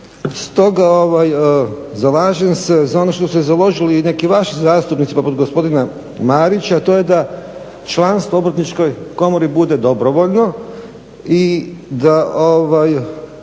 zalažem se za ono što su se založili i neki vaši zastupnici poput gospodina Marića, a to je da članstvo u Obrtničkoj komori bude dobrovoljno i da